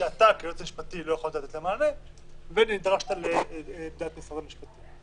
שאתה כיועץ משפטי לא יכולת לתת להן מענה ונדרשת לעמדת משרד המשפטים.